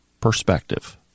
perspective